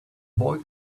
boy